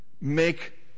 Make